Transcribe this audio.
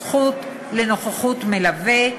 זכות לנוכחות מלווה),